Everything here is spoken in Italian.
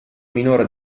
minore